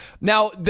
Now